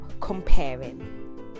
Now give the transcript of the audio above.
comparing